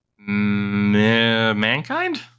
Mankind